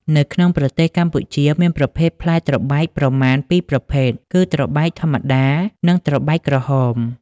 នៅក្នុងប្រទេសកម្ពុជាមានប្រភេទផ្លែត្របែកប្រមាណ ពីរប្រភេទ គឺត្របែកធម្មតា និងត្របែកក្រហម។